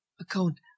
account